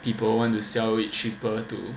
people want to sell it cheaper to